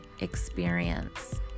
experience